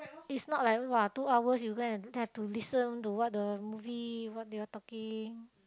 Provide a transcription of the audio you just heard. it's not like !wah! two hours you go and have to listen to what the movie what they are talking